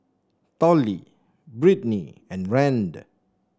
Tollie Brittnie and Rand